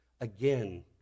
again